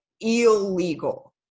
illegal